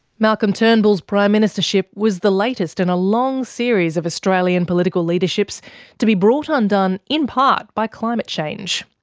malcolm turnbull's prime ministership was the latest in a long series of australian political leaderships to be brought undone in part by climate change.